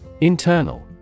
Internal